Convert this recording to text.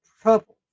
trouble